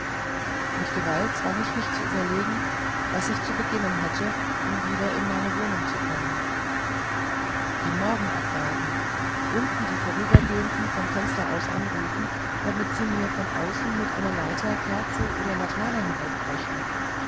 mit gewalt zwang ich mich zu überlegen was ich zu beginnen hätte um wieder in meine wohnung zu kommen den morgen abwarten unten die vorübergehenden vom fenster aus anrufen damit sie mir von außen mit einer leiter kerzen oder eine laterne